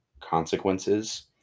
consequences